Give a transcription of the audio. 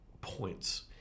points